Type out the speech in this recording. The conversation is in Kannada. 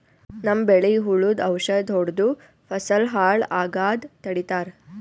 ನಮ್ಮ್ ಬೆಳಿಗ್ ಹುಳುದ್ ಔಷಧ್ ಹೊಡ್ದು ಫಸಲ್ ಹಾಳ್ ಆಗಾದ್ ತಡಿತಾರ್